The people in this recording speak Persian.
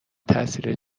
تاثیر